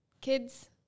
kids